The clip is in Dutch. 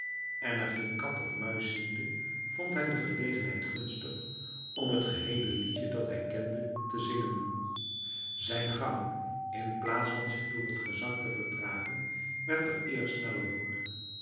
en er geen kat of muis ziende vond hij de gelegenheid gunstig om het geheele liedje dat hij kende te zingen zijn gang in plaats van zich door t gezang te vertragen werd er eer te sneller door